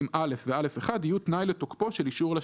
(א) ו-(א1) יהיו תנאי לתוקפו של אישור לשליטה"."